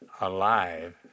alive